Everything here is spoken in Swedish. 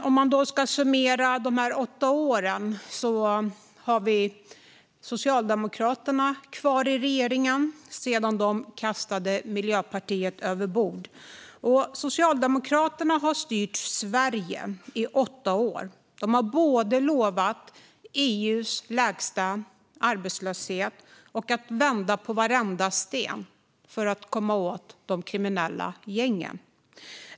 Om man ska summera de senaste åtta åren har vi nu bara Socialdemokraterna kvar i regeringen sedan de kastade Miljöpartiet över bord. Socialdemokraterna har styrt Sverige i åtta år. De har lovat både EU:s lägsta arbetslöshet och att vända på varenda sten för att komma åt de kriminella gängen.